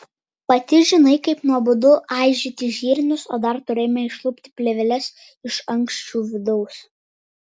pati žinai kaip nuobodu aižyti žirnius o dar turėjome išlupti plėveles iš ankščių vidaus